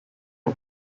who